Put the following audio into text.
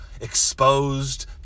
exposed